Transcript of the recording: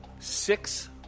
Six